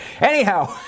Anyhow